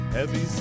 Heavy